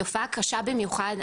תופעה קשה במיוחד,